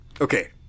Okay